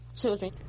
children